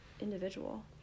individual